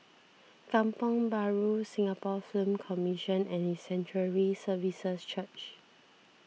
Kampong Bahru Road Singapore Film Commission and His Sanctuary Services Church